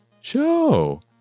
show